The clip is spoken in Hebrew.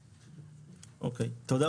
לדבר.